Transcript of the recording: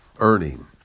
Earning